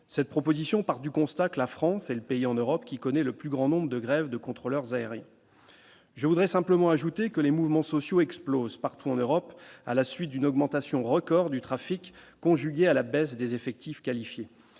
cette proposition part du constat que la France est le pays en Europe qui connaît le plus grand nombre de grèves de contrôleurs aériens, je voudrais simplement ajouter que les mouvements sociaux explosent partout en Europe, à la suite d'une augmentation record du trafic, conjuguée à la baisse des effectifs qualifiés